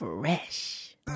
Fresh